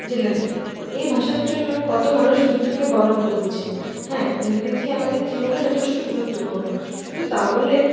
জেনে থাকি এই ভাষার জন্য কত মানুষ মৃত্যুকে বরণ করেছেন হ্যাঁ ইংরেজি আমাদের জীবনে যথেষ্ট গুরুত্বপূর্ণ কিন্তু তা বলে